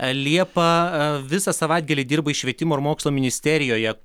liepą visą savaitgalį dirbai švietimo ir mokslo ministerijoje